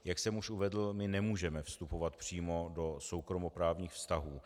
Jak jsem už uvedl, my nemůžeme vstupovat přímo do soukromoprávních vztahů.